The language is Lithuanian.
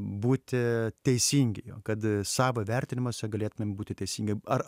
būti teisingi jo kad savo vertinimuose galėtumėm būti teisingi ar